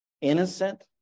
innocent